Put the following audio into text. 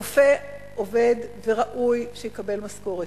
רופא עובד וראוי שיקבל משכורת.